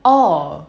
oh